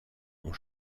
ont